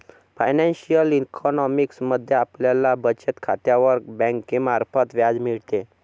financial economics मध्ये आपल्याला बचत खात्यावर बँकेमार्फत व्याज मिळते